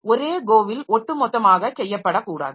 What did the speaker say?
ஒரே Go வில் ஒட்டுமொத்தமாக செய்யப்படக்கூடாது